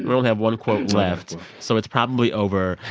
we only have one quote left. so it's probably over,